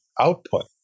output